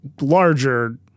larger